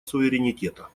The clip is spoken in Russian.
суверенитета